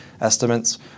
estimates